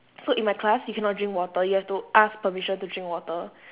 so in my class you cannot drink water you have to ask permission to drink water